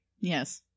Yes